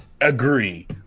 Agree